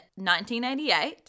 1988